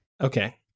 Okay